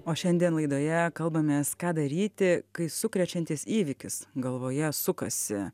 o šiandien laidoje kalbamės ką daryti kai sukrečiantis įvykis galvoje sukasi